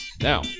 Now